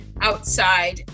outside